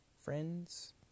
friends